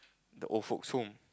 the old folk's home